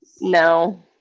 No